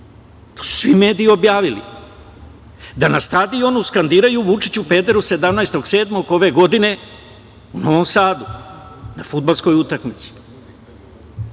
to su svi mediji objavili, da na stadionu skandiraju: „Vučiću, pederu“ 17. jula ove godine u Novom Sadu, na fudbalskoj utakmici.